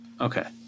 Okay